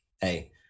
hey